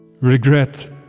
regret